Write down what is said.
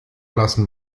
lassen